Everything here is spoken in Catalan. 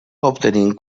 obtenint